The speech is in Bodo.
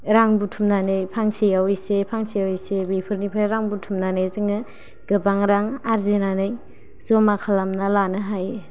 रां बुथुमनोनै फांसेयाव एसे फांसेयाव एसे बेफोरनिफ्राय रां बुथुमनानै जोङो गोबां रां आरजिनानै जमा खालामना लानो हायो